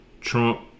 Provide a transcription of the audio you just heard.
Trump